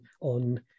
on